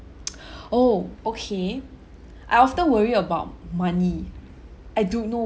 oh okay I often worry about money I don't know